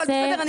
אבל בסדר,